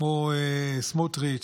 כמו סמוטריץ',